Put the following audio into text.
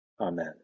Amen